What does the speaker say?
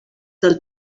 del